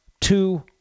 two